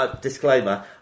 disclaimer